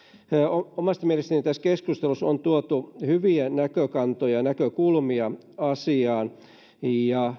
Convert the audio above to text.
omasta mielestäni tässä keskustelussa on tuotu hyviä näkökantoja näkökulmia asiaan ja